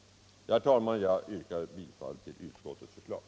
Herr talman! Jag yrkar bifall till utskottets förslag.